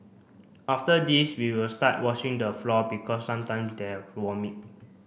after this we will start washing the floor because sometime there vomit